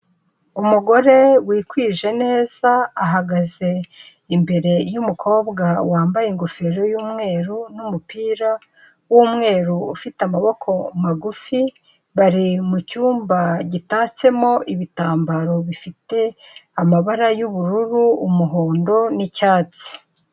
Umugore wikwije neza, ahagaze imbere y'umukobwa wambaye ingofero y'umweru n'umupira w'umweru ufite amaboko magufi, bari mu cyumba gitatsemo ibitambaro bifite amabara y'ubururu, umuhondo n'icyatsi.